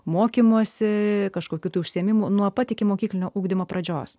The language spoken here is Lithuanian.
mokymosi kažkokių užsiėmimų nuo pat ikimokyklinio ugdymo pradžios